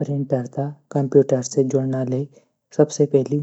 प्रिंटर त कम्प्यूटर से जुडना ले सबसे पैली